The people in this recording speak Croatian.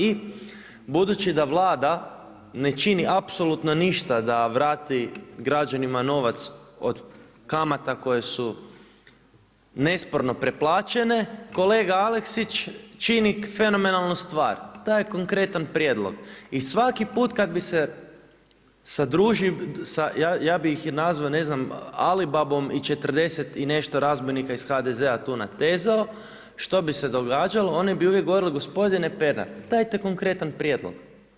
I budući da Vlada ne čini apsolutno ništa da vrati građanima novac od kamata koje su nesporno preplaćene, kolega Aleksić čini fenomenalnu stvar, daje konkretan prijedlog i svaki put kada bi se, ja bih ih nazvao Alibabom i 40 i nešto razbojnika iz HDZ-a tu natezao, što bi se događalo, oni bi uvijek govorili gospodine Pernar, dajte konkretan prijedlog.